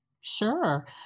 sure